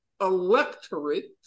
electorate